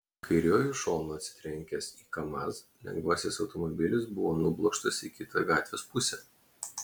kairiuoju šonu atsitrenkęs į kamaz lengvasis automobilis buvo nublokštas į kitą gatvės pusę